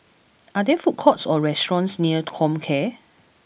are there food courts or restaurants near Comcare